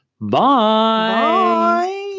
Bye